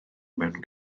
mewn